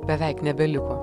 beveik nebeliko